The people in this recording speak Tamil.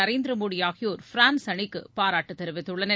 நரேந்திர மோடி ஆகியோர் பிரான்ஸ் அணிக்கு பாராட்டு தெரிவித்துள்ளனர்